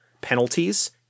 penalties